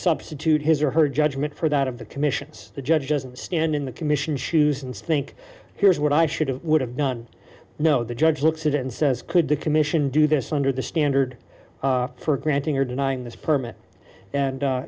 substitute his or her judgment for that of the commissions the judge doesn't stand in the commission shoes and think here's what i should have would have done no the judge looks at it and says could the commission do this under the standard for granting or denying this permit and